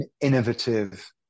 innovative